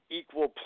equal